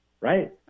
right